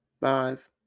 five